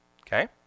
Okay